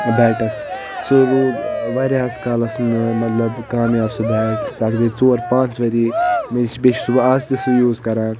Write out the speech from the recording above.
bats سُہ رود واریاہس کالس مطلب کامیاب سُہ بیٹ تتھ گٔے ژور پانٛژھ ؤری مےٚ نش بییہ چھُس بہٕ آز تہ سُہ یوٗز کران